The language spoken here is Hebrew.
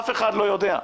אף אחד לא יודע.